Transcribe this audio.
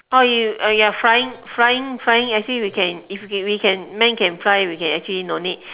orh you oh you are flying flying flying actually we can if you can we can man can fly we can actually no need